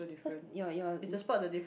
cause you're you're